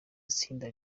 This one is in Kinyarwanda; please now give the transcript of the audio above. itsinda